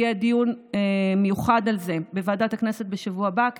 יהיה דיון מיוחד על זה בוועדת הכנסת בשבוע הבא,